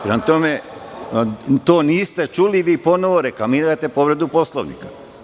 Prema tome, to niste čuli i ponovo reklamirate povredu Poslovnika.